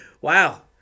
Wow